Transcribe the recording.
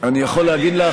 אנחנו רוצים לדעת מה,